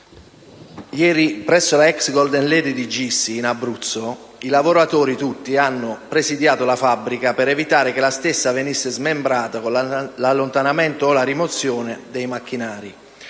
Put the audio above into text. ieri, presso la ex Golden Lady di Gissi, in Abruzzo, i lavoratori tutti hanno presidiato la fabbrica per evitare che la stessa venisse smembrata con l'allontanamento o la rimozione dei macchinari.